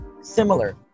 similar